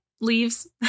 leaves